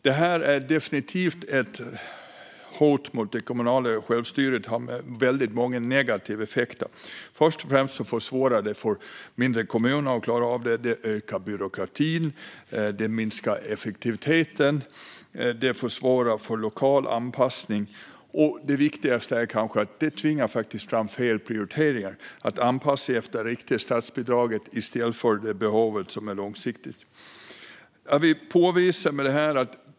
Det här är definitivt ett hot mot det kommunala självstyret, och det har väldigt många negativa effekter: Det försvårar för mindre kommuner, det ökar byråkratin, det minskar effektiviteten, det försvårar lokal anpassning och - kanske det viktigaste - det tvingar fram fel prioriteringar. Man anpassar efter de riktade statsbidragen i stället för de långsiktiga behoven.